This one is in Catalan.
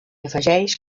afegeix